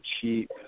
cheap